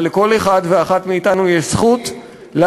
אבל לכל אחד ואחת מאתנו יש זכות, אבל ערכיים.